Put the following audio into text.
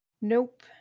Nope